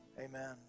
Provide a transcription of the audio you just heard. Amen